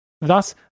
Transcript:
Thus